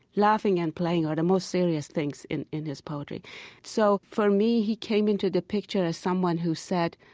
laughing and playing are the most serious things in in his poetry so for me, he came into the picture as someone who said,